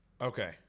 Okay